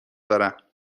دارم